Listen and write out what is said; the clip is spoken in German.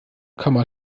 komma